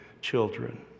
children